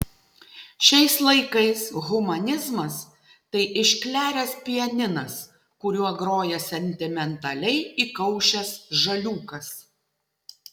šiais laikais humanizmas tai iškleręs pianinas kuriuo groja sentimentaliai įkaušęs žaliūkas